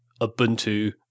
ubuntu